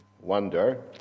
wonder